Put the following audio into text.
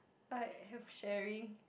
I have sharing